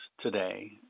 today